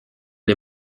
les